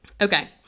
Okay